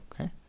Okay